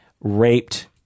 raped